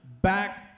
back